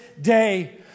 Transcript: day